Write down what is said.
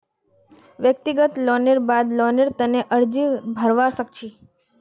व्यक्तिगत लोनेर बाद लोनेर तने अर्जी भरवा सख छि